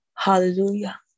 Hallelujah